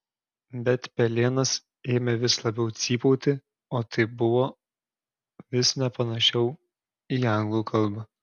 bet pelėnas ėmė vis labiau cypauti o tai buvo vis nepanašiau į anglų kalbą